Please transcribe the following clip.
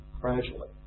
Gradually